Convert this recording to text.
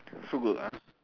so good ah